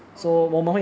okay